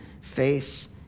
face